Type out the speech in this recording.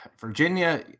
Virginia